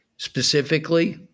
Specifically